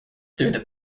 through